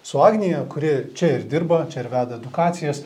su agnija kuri čia ir dirba čia ir veda edukacijas